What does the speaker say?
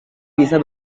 bisa